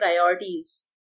priorities